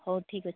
ହଉ ଠିକ୍ ଅଛି